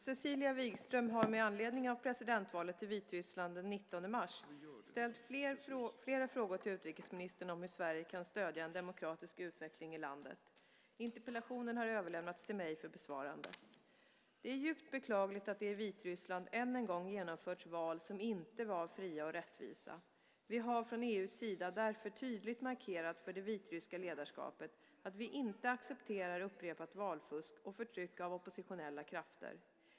Cecilia Wigström har, med anledning av presidentvalet i Vitryssland den 19 mars, ställt flera frågor till utrikesministern om hur Sverige kan stödja en demokratisk utveckling i landet. Interpellationen har överlämnats till mig för besvarande. Det är djupt beklagligt att det i Vitryssland än en gång genomförts val som inte var fria och rättvisa. Vi har från EU:s sida därför tydligt markerat för det vitryska ledarskapet att vi inte accepterar upprepat valfusk och förtryck av oppositionella krafter.